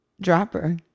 Dropper